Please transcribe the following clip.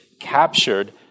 captured